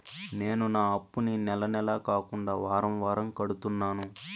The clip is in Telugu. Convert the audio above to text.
నేను నా అప్పుని నెల నెల కాకుండా వారం వారం కడుతున్నాను